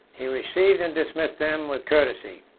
he received and dismissed them with courtesy.